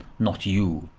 not you!